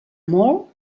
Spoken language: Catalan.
molt